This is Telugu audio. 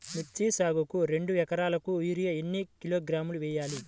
మిర్చి సాగుకు రెండు ఏకరాలకు యూరియా ఏన్ని కిలోగ్రాములు వేయాలి?